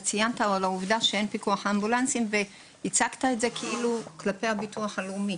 ציינת שאין פיקוח על אמבולנסים והצגת את זה כלפי הביטוח הלאומי.